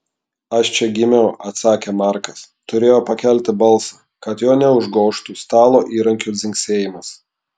aš čia gimiau atsakė markas turėjo pakelti balsą kad jo neužgožtų stalo įrankių dzingsėjimas